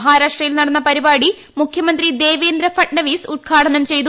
മഹാ രാഷ്ട്രയിൽ നടന്ന പരിപാടി മുഖ്യമുന്ത്രി ് ദേവേന്ദ്ര ഭട്നാവിസ് ഉദ്ഘാടനം ചെയ്തു